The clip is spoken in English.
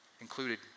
included